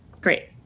Great